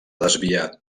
desviar